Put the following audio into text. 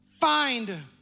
Find